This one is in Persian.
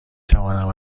توانم